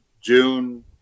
June